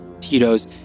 Tito's